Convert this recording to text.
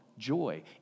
joy